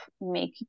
make